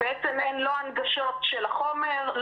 בעצם אין הנגשות של החומר,